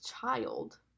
child